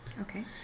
Okay